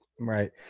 Right